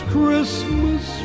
Christmas